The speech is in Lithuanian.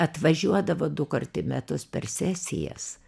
atvažiuodavo dukart į metus per sesijas